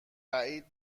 بعید